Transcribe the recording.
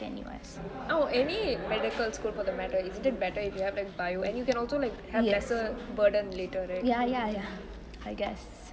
oh any medical school for the matter isn't it better if you have like bio and you can have like lesser burden later right